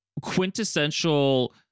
quintessential